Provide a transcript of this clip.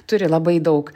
turi labai daug